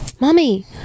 Mommy